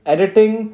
Editing